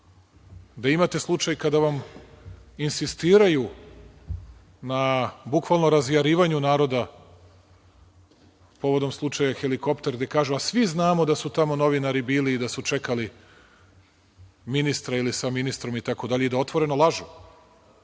gde imate slučaj kada vam insistiraju na bukvalno razjarivanju naroda povodom slučaja „Helikopter“, gde kažu – „a svi znamo da su tamo novinari bili i da su čekali ministra“, ili sa ministrom itd, i da otvoreno lažu.